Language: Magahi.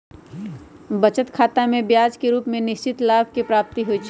बचत खतामें ब्याज के रूप में निश्चित लाभ के प्राप्ति होइ छइ